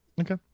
Okay